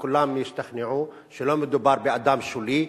וכולם ישתכנעו שלא מדובר באדם שולי,